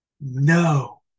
no